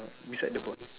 beside the boy